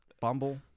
Bumble